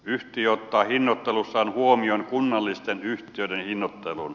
yhtiö ottaa hinnoittelussaan huomioon kunnallisten yhtiöiden hinnoittelun